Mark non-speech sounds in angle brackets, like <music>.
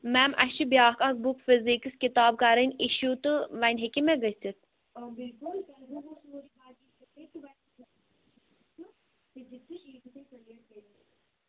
میم اَسہِ چھِ بیٛاکھ اَکھ بُک فِزیٖکٕس کِتاب کَرٕنۍ اِشوٗ تہٕ وَنہِ ہیٛکیٛاہ مےٚ گٔژھِتھ <unintelligible>